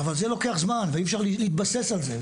אבל זה לוקח זמן ואי אפשר להתבסס על זה,